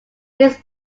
his